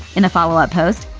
in a follow-up post,